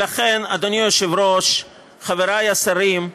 אדוני היושב-ראש, חברי השרים,